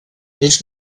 ells